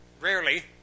rarely